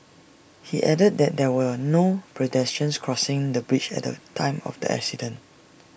he added that there were no pedestrians crossing the bridge at the time of the accident